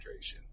hydration